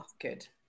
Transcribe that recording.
good